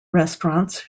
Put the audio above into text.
restaurants